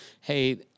hey